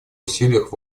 усилиях